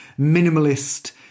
minimalist